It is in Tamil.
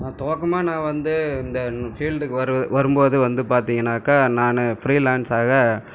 நான் துவக்கமாக நான் வந்து இந்த ஃபீல்டுக்கு வரு வரும் போது வந்து பார்த்திங்கன்னாக்கா நானு ஃப்ரீலான்ஸாக